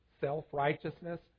self-righteousness